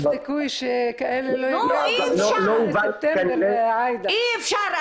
- אי אפשר.